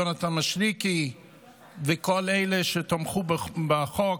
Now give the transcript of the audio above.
יונתן מישרקי וכל אלה שתמכו בחוק,